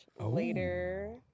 later